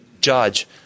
judge